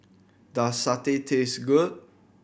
does satay taste good